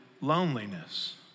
loneliness